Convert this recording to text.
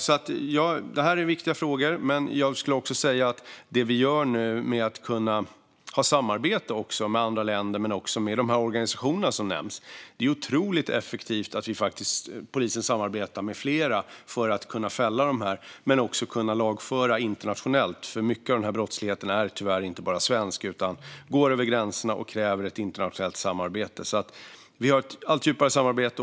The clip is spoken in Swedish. Ja, det här är viktiga frågor. Vi samarbetar med andra länder men också med de organisationer som nämns. Det är otroligt effektivt att polisen samarbetar med flera för att kunna lagföra och fälla internationellt, för mycket av den här brottsligheten är tyvärr inte bara svensk utan går över gränserna och kräver ett internationellt samarbete. Vi har ett allt djupare samarbete.